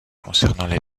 concernant